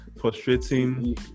frustrating